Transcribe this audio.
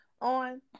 on